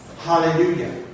Hallelujah